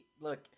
Look